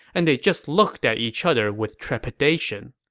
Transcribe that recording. and they just looked at each other with trepidation.